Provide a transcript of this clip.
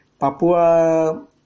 Papua